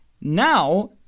Now